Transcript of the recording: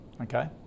Okay